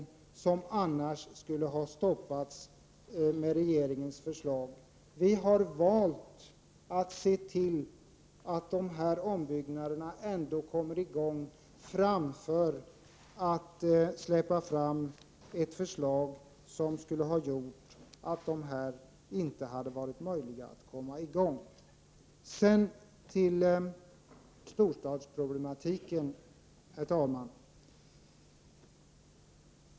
Det är sådant som annars skulle ha stoppats enligt regeringens förslag. Vi har valt att se till att de här ombyggnaderna ändå kommer i gång, framför att släppa fram ett förslag som skulle ha gjort att de inte hade varit möjliga att genomföra. Sedan till storstadsproblematiken, herr talman.